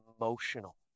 emotional